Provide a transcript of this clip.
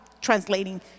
translating